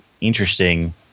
interesting